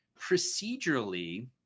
procedurally